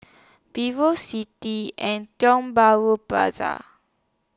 Vivocity and Tiong Bahru Plaza